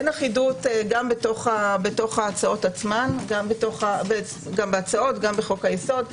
גם בתוך ההצעות עצמן, גם בחוק היסוד.